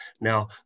Now